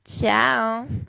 ciao